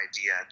idea